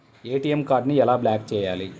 ATM కార్డుని ఎలా block చేయాలి?